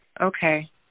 Okay